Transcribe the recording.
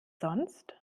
sonst